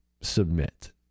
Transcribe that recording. submit